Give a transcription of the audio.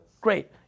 Great